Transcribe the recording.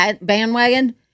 bandwagon